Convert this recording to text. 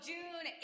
June